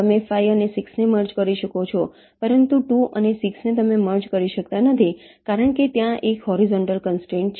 તમે 5 અને 6 ને મર્જ કરી શકો છો પરંતુ 2 અને 6 તમે મર્જ કરી શકતા નથી કારણ કે ત્યાં એક હોરીઝોન્ટલ કન્સ્ટ્રેંટ છે